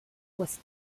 was